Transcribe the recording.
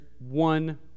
one